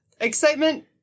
Excitement